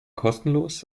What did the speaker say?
kostenlos